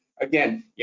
again